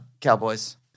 Cowboys